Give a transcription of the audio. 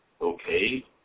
okay